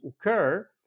occur